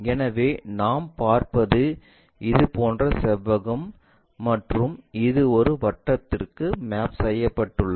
எனவே நாம் பார்ப்பது இதுபோன்ற செவ்வகம் மற்றும் இது ஒரு வட்டத்திற்கு மேப் செய்யப்பட்டது